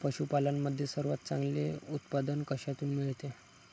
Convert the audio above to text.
पशूपालन मध्ये सर्वात चांगले उत्पादन कशातून मिळते?